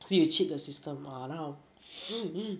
see you cheat the system ah now